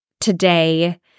today